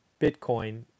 Bitcoin